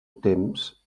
temps